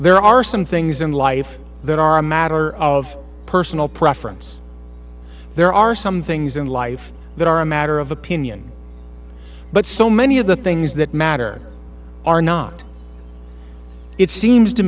there are some things in life that are a matter of personal preference there are some things in life that are a matter of opinion but so many of the things that matter are not it seems to